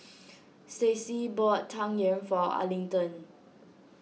Staci bought Tang Yuen for Arlington